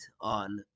on